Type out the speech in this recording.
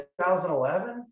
2011